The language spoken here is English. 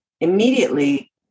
immediately